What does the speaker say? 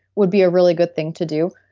would be a really good thing to do.